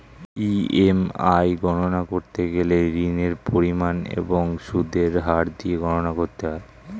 EMI গণনা করতে গেলে ঋণের পরিমাণ এবং সুদের হার দিয়ে গণনা করতে হয়